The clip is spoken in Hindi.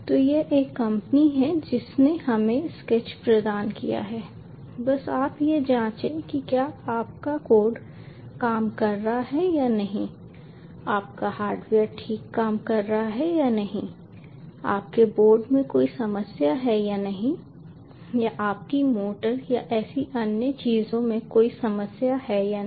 तो यह एक कंपनी है जिसने हमें स्केच प्रदान किया है बस आप यह जांचें कि क्या आपका कोड काम कर रहा है या नहीं आपका हार्डवेयर ठीक काम कर रहा है या नहीं आपके बोर्ड में कोई समस्या है या नहीं या आपकी मोटर या ऐसी अन्य चीजों में कोई समस्या है या नहीं